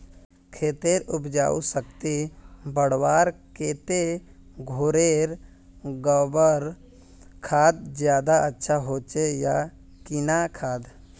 खेतेर उपजाऊ शक्ति बढ़वार केते घोरेर गबर खाद ज्यादा अच्छा होचे या किना खाद?